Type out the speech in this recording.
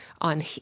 on